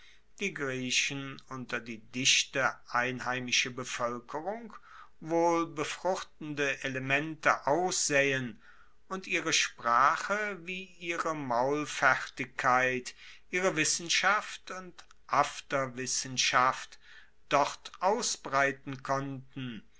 die griechen unter die dichte einheimische bevoelkerung wohl befruchtende elemente aussaeen und ihre sprache wie ihre maulfertigkeit ihre wissenschaft und afterwissenschaft dort ausbreiten konnten